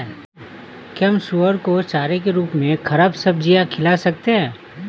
क्या हम सुअर को चारे के रूप में ख़राब सब्जियां खिला सकते हैं?